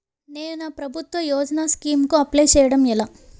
నేను నా ప్రభుత్వ యోజన స్కీం కు అప్లై చేయడం ఎలా?